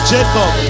Jacob